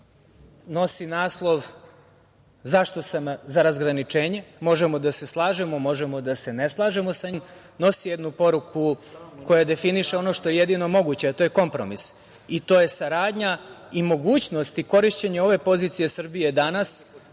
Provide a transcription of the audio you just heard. nosi naslov – Zašto sam za razgraničenje. Možemo da se slažemo, možemo da se ne slažemo sa njim, ali on nosi jednu poruku koja definiše ono što je jedino moguće, a to je kompromis i to je saradnja i mogućnosti korišćenja ove pozicije Srbije danas